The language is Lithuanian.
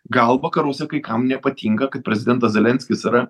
gal vakaruose kai kam nepatinka kad prezidentas zelenskis yra